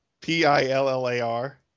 P-I-L-L-A-R